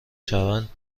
شوند